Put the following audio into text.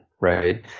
right